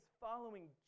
following